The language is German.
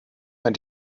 mehr